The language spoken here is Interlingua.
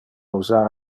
usar